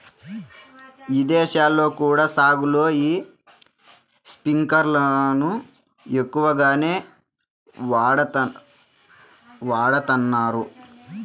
ఇదేశాల్లో కూడా సాగులో యీ స్పింకర్లను ఎక్కువగానే వాడతన్నారు